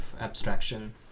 abstraction